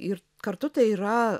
ir kartu tai yra